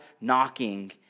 knocking